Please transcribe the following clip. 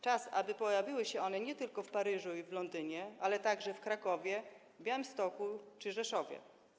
Czas, aby pojawiły się one nie tylko w Paryżu i w Londynie, ale także w Krakowie, Białymstoku czy Rzeszowie.